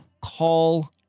call